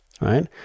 right